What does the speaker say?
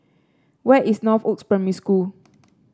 where is Northoaks Primary School